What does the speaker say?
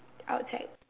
outside